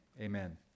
amen